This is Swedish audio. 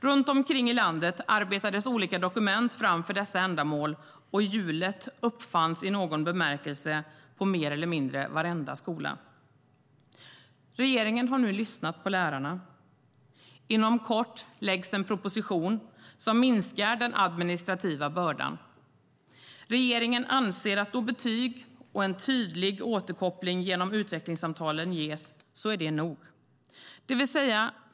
Runt omkring i landet arbetades olika dokument fram för dessa ändamål, och hjulet uppfanns i någon bemärkelse på mer eller mindre varenda skola. Regeringen har nu lyssnat på lärarna. Inom kort läggs en proposition fram som minskar den administrativa bördan. Regeringen anser att det är nog då betyg och en tydlig återkoppling genom utvecklingssamtalen ges.